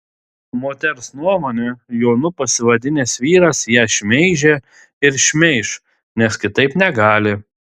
moters nuomone jonu pasivadinęs vyras ją šmeižė ir šmeiš nes kitaip negali